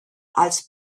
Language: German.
als